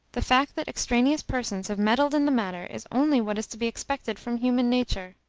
the fact that extraneous persons have meddled in the matter is only what is to be expected from human nature.